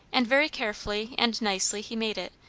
and very carefully and nicely he made it,